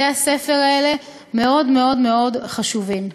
בתי-הספר האלה מאוד מאוד מאוד חשובים.